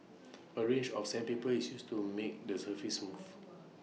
A range of sandpaper is used to make the surface smooth